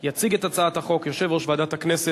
ובכן, 27 בעד,